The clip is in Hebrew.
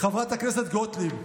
חברת הכנסת גוטליב.